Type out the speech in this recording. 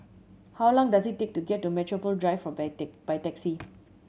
how long does it take to get to Metropole Drive by taxi